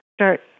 Start